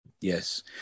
Yes